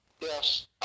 Yes